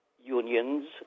unions